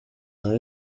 naho